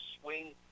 swing